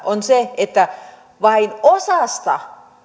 on siitä että vain osasta